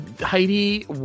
Heidi